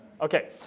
okay